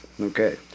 Okay